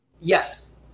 Yes